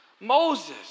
Moses